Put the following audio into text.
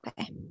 okay